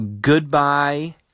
goodbye